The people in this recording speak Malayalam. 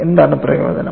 എന്താണ് പ്രയോജനം